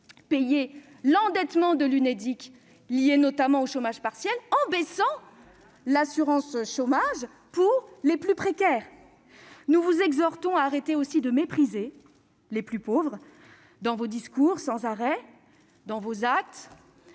payer l'endettement de l'Unédic, lié notamment au chômage partiel, en diminuant l'assurance chômage pour les plus précaires. Nous vous exhortons également à cesser de mépriser sans cesse les plus pauvres, dans vos discours et dans vos actes.